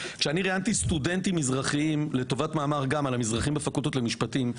ראיינתי סטודנטים מזרחיים לטובת מאמר על המזרחים בפקולטות למשפטים,